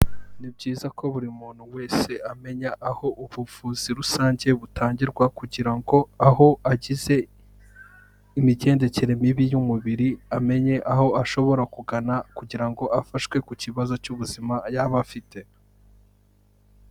Ni byiza ko buri muntu wese amenya aho ubuvuzi rusange butangirwa kugira ngo aho agize imigendekere mibi y'umubiri, amenye aho ashobora kugana kugira ngo afashwe ku kibazo cy'ubuzima yaba afite.